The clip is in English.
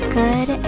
good